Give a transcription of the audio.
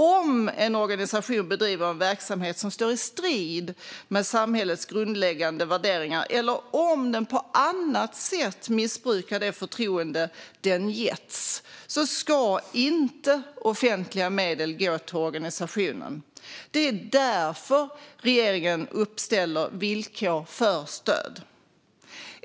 Om en organisation bedriver en verksamhet som står i strid med samhällets grundläggande värderingar eller om den på annat sätt missbrukar det förtroende den getts ska inte offentliga medel gå till organisationen. Det är därför regeringen uppställer villkor för stöd.